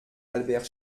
albert